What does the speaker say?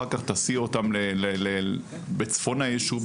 אחר כך תסיעו אותם לצפון הישוב,